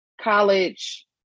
college